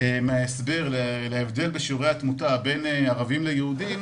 מההסבר להבדל בשיעורי התמותה בין ערבים ליהודים